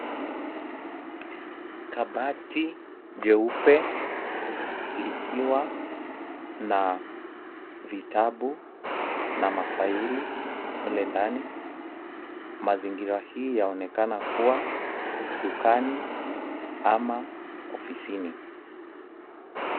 Kabati jeupe likiwa na vitabu na ma file mle ndani. Mazingira hii yaonekana kuwa dukani ama ofisini.